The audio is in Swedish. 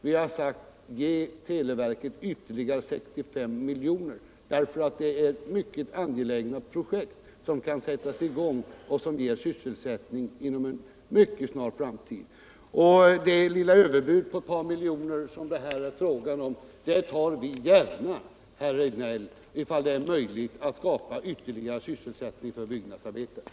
Vi har föreslagit att televerket skall få ytterligare 65 miljoner, eftersom dessa avser angelägna projekt som kan sättas i gång och ge sysselsättning inom en mycket snar framtid. Det lilla överbud på ett par miljoner som det är fråga om står vi gärna för, herr Rejdnell, om det är möjligt att därigenom skapa ytterligare sysselsättning för byggnadsarbetare.